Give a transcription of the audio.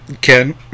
Ken